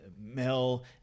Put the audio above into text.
Mel